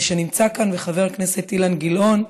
שנמצא כאן, וחבר הכנסת אילן גילאון,